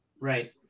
Right